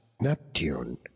neptune